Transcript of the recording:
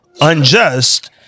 unjust